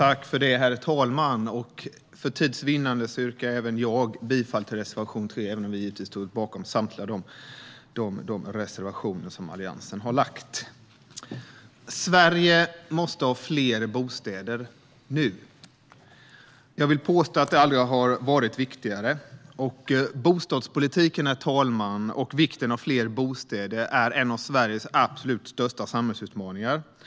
Herr talman! För tids vinnande yrkar även jag bifall till reservation 3, även om vi givetvis står bakom samtliga reservationer från Alliansen. Sverige måste ha fler bostäder - nu! Jag vill påstå att det aldrig har varit viktigare. Bostadspolitiken och behovet av fler bostäder är en av Sveriges absolut största samhällsutmaningar, herr talman.